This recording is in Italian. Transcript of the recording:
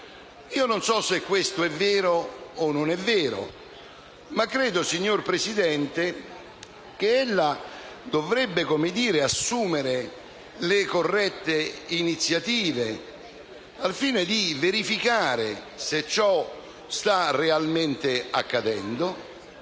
Io non so se questo sia vero e no ma, signor Presidente, ella dovrebbe assumere le corrette iniziative al fine di verificare se ciò stia realmente accadendo